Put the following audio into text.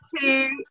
two